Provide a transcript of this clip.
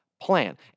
plan